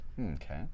Okay